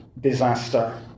disaster